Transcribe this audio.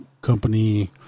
company